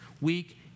weak